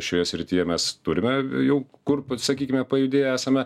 šioje srityje mes turime jau kur pasakykime pajudėję esame